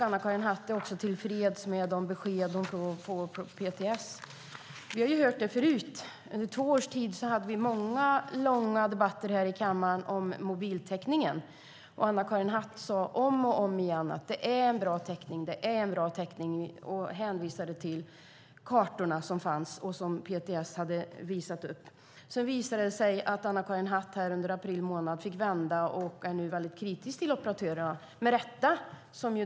Anna-Karin Hatt är även tillfreds med de besked hon får från PTS. Vi har hört det förut. Under två års tid hade vi många och långa debatter i kammaren om mobiltäckningen, och Anna-Karin Hatt sade om och om igen att det var en bra täckning och hänvisade till de kartor som PTS hade visat upp. Sedan visade det sig att Anna-Karin Hatt under april månad fick vända, och hon är nu väldigt kritisk till operatörerna - med rätta.